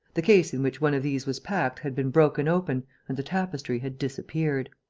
the case in which one of these was packed had been broken open and the tapestry had disappeared.